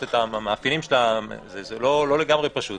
זה לא לגמרי פשוט.